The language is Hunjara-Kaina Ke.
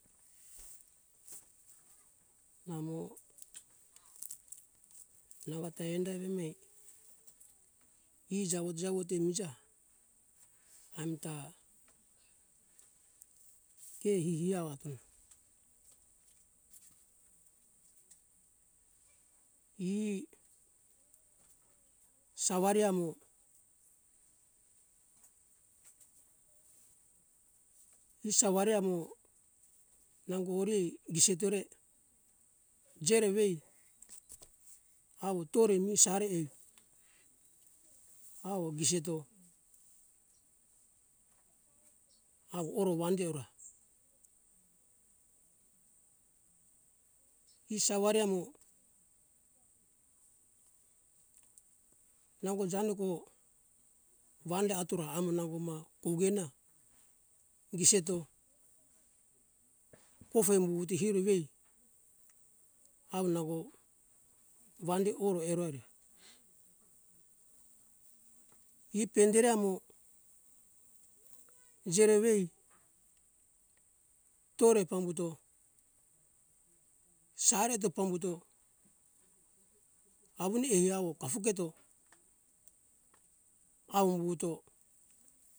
Namo nangota enda evemei e jawo jawo te mija amta ke hihi awato e sawari amo e sawari amo nango uri gisetore jerevei awo tore mi sare ai awo giseto awo oro wande ora e sawari mo nango januku wande atora amo nango ma kogena giseto kofe wuwuto hero wei awo nango wande oro erore e pendere amo jerewei tore pambuto sare to pambuto awune ehe awo kafuketo awo wuwutu